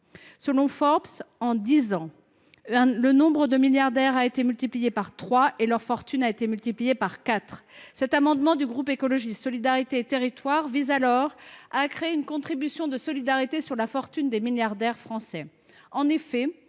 Selon Forbes, en dix ans, leur nombre a été multiplié par trois et leur fortune a été multipliée par quatre. Cet amendement du groupe Écologiste – Solidarité et Territoires vise à créer une contribution de solidarité sur la fortune des milliardaires français.